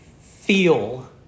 feel